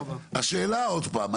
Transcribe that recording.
השאלה עוד פעם,